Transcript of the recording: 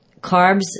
carbs